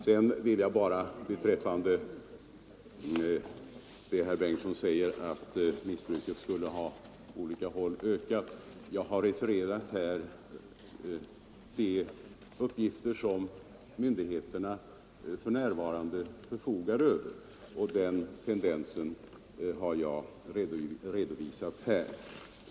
Sedan sade herr Bengtsson i Göteborg att narkotikamissbruket har ökat på olika håll, Till det vill jag bara säga att jag har refererat de uppgifter som myndigheterna f. n. har kunnat ge, och redovisat den tendens som framkommer av de uppgifterna.